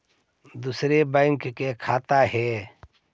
दुसरे बैंक के खाता हैं?